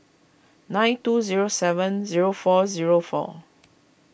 nine two zero seven zero four zero four